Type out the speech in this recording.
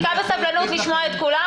הוא חיכה בסבלנות לשמוע את כולם.